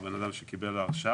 הוא בן אדם שקיבל הרשאה,